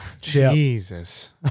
Jesus